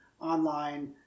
online